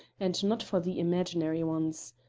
and not for the imaginary ones.